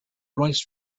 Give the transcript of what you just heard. rice